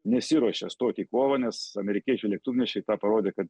nesiruošia stot į kovą nes amerikiečių lėktuvnešiai tą parodė kad